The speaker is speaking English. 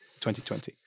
2020